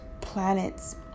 planet's